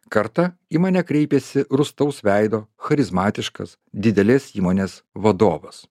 kartą į mane kreipėsi rūstaus veido charizmatiškas didelės įmonės vadovas